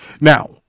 Now